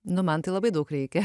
nu man tai labai daug reikia